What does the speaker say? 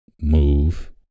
move